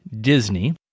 Disney